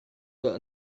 built